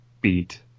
beat